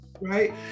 Right